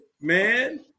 man